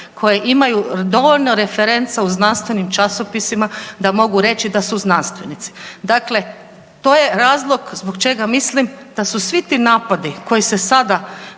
koje imaju dovoljno referenca u znanstvenim časopisima da mogu reći da su znanstvenici. Dakle, to je razlog zbog čega mislim da su svi ti napadi koji se sada